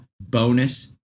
bonus